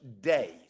days